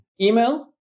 email